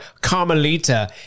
Carmelita